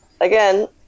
Again